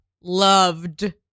Loved